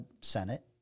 Senate